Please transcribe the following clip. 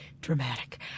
dramatic